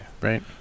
Right